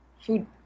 food